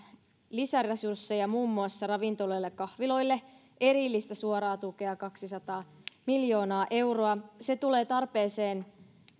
lisäresursseja muun muassa ravintoloille ja kahviloille erillistä suoraa tukea kaksisataa miljoonaa euroa se tulee tarpeeseen